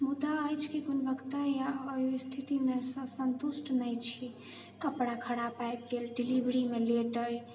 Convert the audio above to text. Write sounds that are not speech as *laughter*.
*unintelligible* ओहि स्थितिमे सन्तुष्ट नहि छी कपड़ा खराप आबि गेल डेलिवरीमे लेट अहि